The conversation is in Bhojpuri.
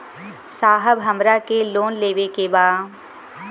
साहब हमरा के लोन लेवे के बा